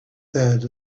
sad